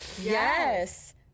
Yes